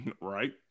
Right